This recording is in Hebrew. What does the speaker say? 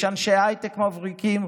יש אנשי הייטק מבריקים,